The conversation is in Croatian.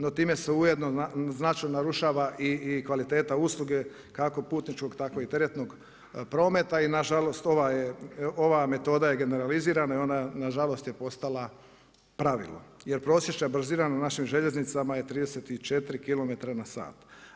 No time se ujedno značajno narušava i kvaliteta usluge kako putničkog tako i teretnog prometa, i nažalost ova metoda je generalizirana i ona je nažalost postala pravilo jer prosječna brzina na našim željeznicama je 34 kilometara na sat.